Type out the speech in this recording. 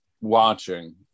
watching